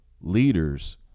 leaders